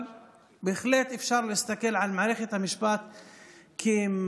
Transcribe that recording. אבל בהחלט אפשר להסתכל על מערכת המשפט כמערכת,